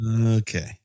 Okay